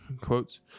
quotes